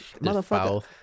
motherfucker